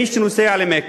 מי שנוסע למכה,